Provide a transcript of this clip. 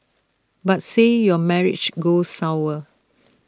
but say your marriage goes sour